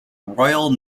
royal